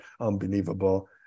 unbelievable